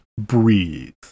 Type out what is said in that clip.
Breathe